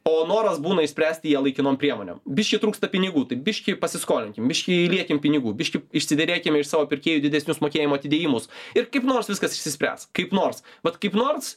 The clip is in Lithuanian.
o noras būna išspręsti ją laikinom priemonėm biškį trūksta pinigų tai biškį pasiskolinkim biškį įliekim pinigų biškį išsiderėkime iš savo pirkėjų didesnius mokėjimų atidėjimus ir kaip nors viskas išsispręs kaip nors vat kaip nors